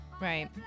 right